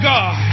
God